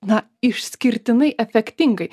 na išskirtinai efektingai